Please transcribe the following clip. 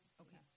okay